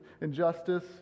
injustice